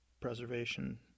preservation